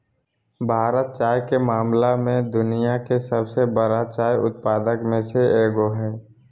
भारत चाय के मामला में दुनिया के सबसे बरा चाय उत्पादक में से एगो हइ